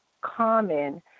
Common